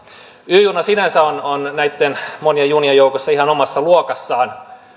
y juna sinänsä on on näitten monien junien joukossa ihan omassa luokassaan